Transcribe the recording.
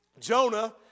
Jonah